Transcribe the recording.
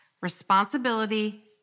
responsibility